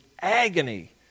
agony